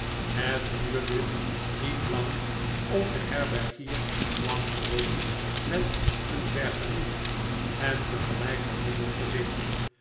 het duurde niet lang of de herbergier kwam terug met een vergenoegd en tegelijk verwonderd gezicht